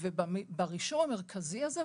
וברישום המרכזי הזה,